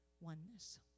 oneness